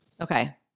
Okay